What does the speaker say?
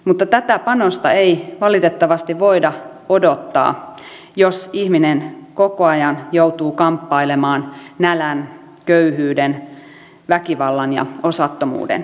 mutta tätä panosta ei valitettavasti voida odottaa jos ihminen koko ajan joutuu kamppailemaan nälän köyhyyden väkivallan ja osattomuuden keskellä